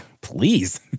Please